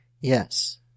Yes